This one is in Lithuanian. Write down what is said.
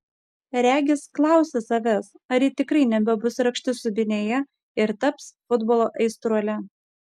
regis klausia savęs ar ji tikrai nebebus rakštis subinėje ir taps futbolo aistruole